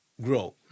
grow